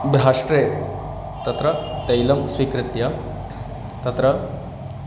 भ्राष्ट्रे तत्र तैलं स्वीकृत्य तत्र